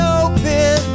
open